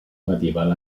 medieval